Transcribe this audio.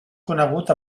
conegut